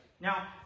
Now